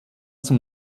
zum